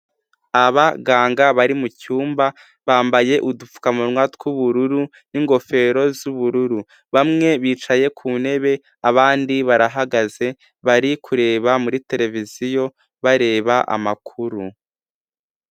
Abaganga bari mu cyumba bambaye udupfukamunwa tw'ubururu n'ingofero z'ubururu, bamwe bicaye ku ntebe abandi barahagaze bari kureba muri televiziyo bareba amakuru.